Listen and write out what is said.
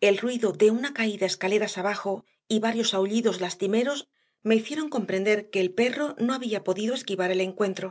cercana e lruido de una caída escaleras abajo y varios aullidos lastimeros me hicieron comprenderqueelperro no había podido esquivarelencuentro